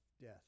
death